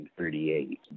1938